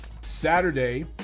Saturday